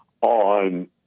on